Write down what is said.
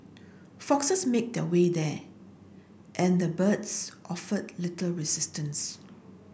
foxes made their way there and the birds offered little resistance